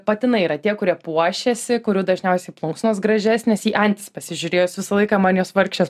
patinai yra tie kurie puošiasi kurių dažniausiai plunksnos gražesnės į antis pasižiūrėjus visą laiką man jos vargšės